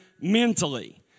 mentally